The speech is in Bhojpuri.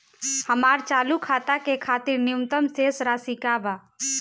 हमार चालू खाता के खातिर न्यूनतम शेष राशि का बा?